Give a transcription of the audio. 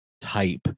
type